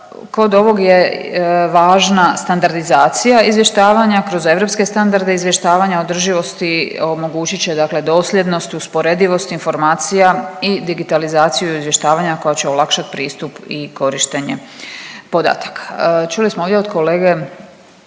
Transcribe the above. Kod ovog je važna standardizacija izvještavanja, kroz europske standarde izvještavanja održivosti omogućit će dosljednost, usporedivost informacija i digitalizaciju izvještavanja koja će olakšat pristup i korištenje podataka. Čuli smo ovdje od kolege